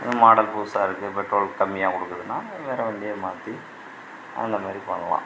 model புதுசாக இருக்கு petrol கம்மியாக குடிக்குதுன்னால் வேறு வண்டியை மாற்றி அந்தமாதிரி பண்ணலாம்